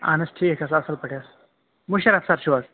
اہن حظ ٹھیٖک حظ اَصٕل پٲٹھۍ حظ مُشرف سَر چھُو حظ